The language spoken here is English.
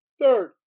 Third